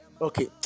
Okay